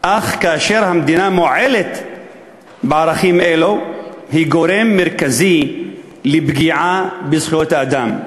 אך כאשר המדינה מועלת בערכים אלו היא גורם מרכזי לפגיעה בזכויות האדם".